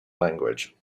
language